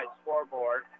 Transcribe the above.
scoreboard